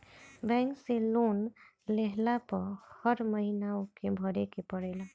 bank से loan लेहला पअ हर महिना ओके भरे के पड़ेला